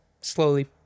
slowly